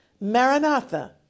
Maranatha